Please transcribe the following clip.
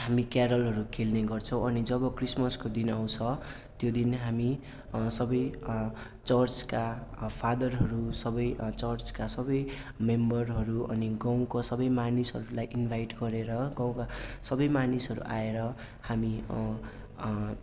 हामी क्यारलहरू खेल्ने गर्छौँ अनि जब क्रसमसको दिन आउँछ त्यो दिन हामी सबै चर्चका फादरहरू सबै चर्चका सबै मेम्बरहरू अनि गाउँका सबै मानिसहरूलाई इन्भाइट गरेर गाउँका सबै मानिसहरू आएर हामी